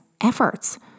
efforts